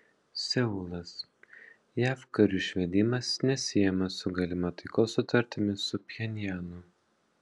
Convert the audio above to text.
seulas jav karių išvedimas nesiejamas su galima taikos sutartimi su pchenjanu